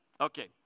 Okay